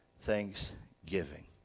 thanksgiving